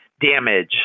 damage